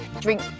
drink